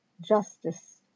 justice